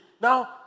Now